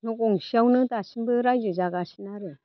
न' गंसेयावनो दासिमबो रायजो जागासिनो आरो